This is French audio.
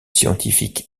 scientifique